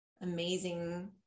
amazing